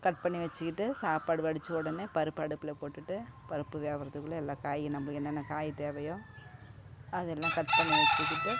cut பண்ணி வச்சுக்கிட்டு சாப்பாடு வடித்த உடனே பருப்பை அடுப்பில் போட்டுவிட்டு பருப்பு வேகறதுக்குள்ள எல்லா காயும் நம்மளுக்கு என்னென்ன காய் தேவையோ அதெல்லாம் கட் பண்ணி வச்சுக்கிட்டு